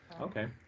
okay